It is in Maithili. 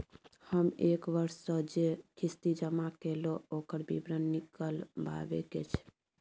हम एक वर्ष स जे किस्ती जमा कैलौ, ओकर विवरण निकलवाबे के छै?